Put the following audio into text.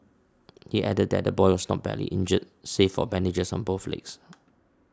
he added that the boy was not badly injured save for bandages on both legs